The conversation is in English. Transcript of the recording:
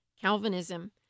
Calvinism